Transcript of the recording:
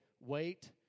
wait